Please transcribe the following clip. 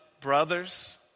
brothers